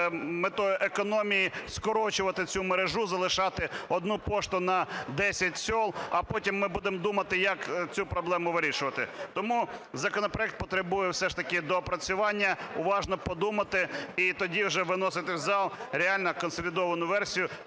метою економії скорочувати цю мережу, залишати одну пошту на десять сіл, а потім ми будемо думати, як цю проблему вирішувати. Тому законопроект потребує все ж таки доопрацювання. Уважно подумати і тоді вже виносити в зал реально консолідовану версію: